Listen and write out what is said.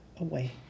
away